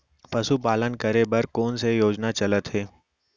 पशुपालन करे बर कोन से योजना चलत हे?